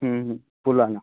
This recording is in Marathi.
बोला ना